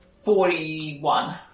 Forty-one